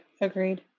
Agreed